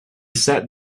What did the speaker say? sat